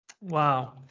Wow